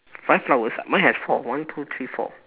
five flowers mine have four one two three four